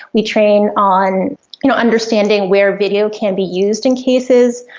we train on you know understanding where video can be used in cases,